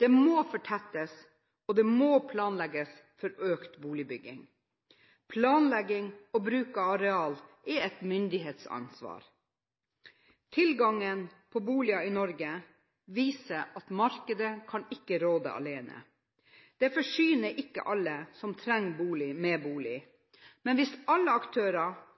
det må fortettes og det må planlegges for økt boligbygging. Planlegging og bruk av areal er et myndighetsansvar. Tilgangen på boliger i Norge viser at markedet ikke kan råde alene. Det forsyner ikke alle som trenger bolig med bolig, men hvis alle aktører